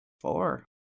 Four